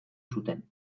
zuten